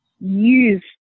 use